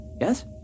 Yes